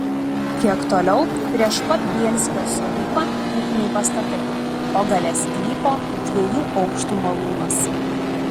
kiek toliau prieš pat bielskio sodybą ūkiniai pastatai o gale sklypo dviejų aukštų malūnas